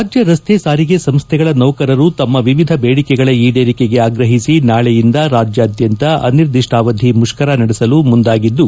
ರಾಜ್ಞ ರಸ್ತೆ ಸಾರಿಗೆ ಸಂಸ್ಥೆಗಳ ನೌಕರರು ತಮ್ಮ ವಿವಿಧ ದೇಡಿಕೆಗಳ ಈಡೇರಿಕೆಗೆ ಆಗ್ರಹಿಸಿ ನಾಳೆಯಿಂದ ರಾಜ್ಞಾದ್ಯಂತ ಅನಿರ್ದಿಷ್ಣಾವಧಿ ಮುಷ್ಕರ ನಡೆಸಲು ಮುಂದಾಗಿದ್ದು